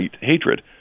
hatred